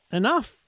enough